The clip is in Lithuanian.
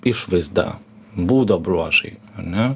išvaizda būdo bruožai ane